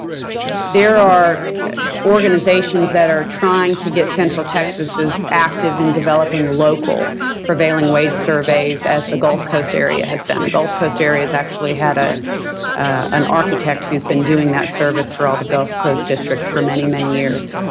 there are organizations that are trying to get central texas as active in developing the local prevailing wage surveys as the gulf coast area has been. the gulf coast area's actually had ah an architect who's been doing that service for all the gulf coast districts for many, many years.